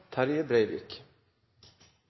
Terje Breivik,